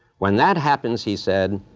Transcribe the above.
when that happens, he said,